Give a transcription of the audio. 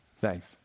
Thanks